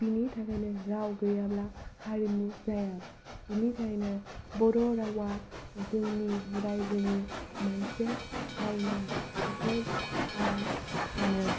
बिनि थाखायनो राव गैयाब्ला हारिमु जाया बिनि थाखायनो बर' रावआ जोंनि रायजोनि मोनसे आइना बेखौ आं सानो